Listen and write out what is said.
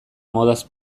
modaz